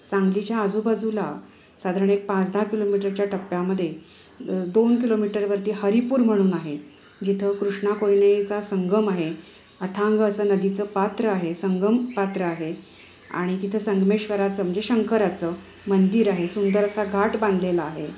सांगलीच्या आजूबाजूला साधारण एक पाच दहा किलोमीटरच्या टप्प्यामध्ये दोन किलोमीटरवरती हरिपूर म्हणून आहे जिथं कृष्णा कोयनेचा संगम आहे अथांग असं नदीचं पात्र आहे संगम पात्र आहे आणि तिथं संगमेश्वराचं म्हणजे शंकराचं मंदिर आहे सुंदर असा घाट बांधलेला आहे